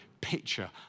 picture